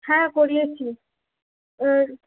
হ্যাঁ করিয়েছি